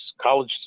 college